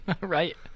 right